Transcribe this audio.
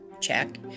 check